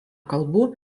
kalbų